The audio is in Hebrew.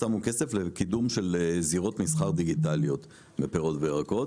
החליטו לשים כסף על זירות דיגיטליות של מסחר בפירות וירקות.